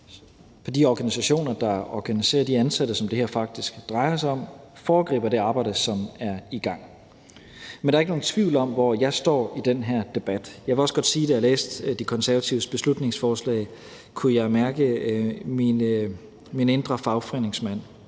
på de organisationer, der organiserer de ansatte, som det her faktisk drejer sig om, foregriber det arbejde, som er i gang. Men der er ikke nogen tvivl om, hvor jeg står i den her debat. Jeg vil også godt sige, at jeg, da jeg læste De Konservatives beslutningsforslag, kunne mærke min indre fagforeningsmand.